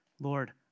Lord